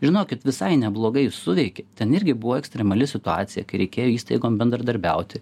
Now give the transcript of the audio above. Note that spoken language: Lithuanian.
žinokit visai neblogai suveikė ten irgi buvo ekstremali situacija kai reikėjo įstaigom bendradarbiauti